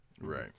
Right